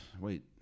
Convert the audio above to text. Wait